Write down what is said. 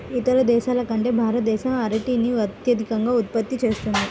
ఇతర దేశాల కంటే భారతదేశం అరటిని అత్యధికంగా ఉత్పత్తి చేస్తుంది